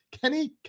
Kenny